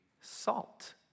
salt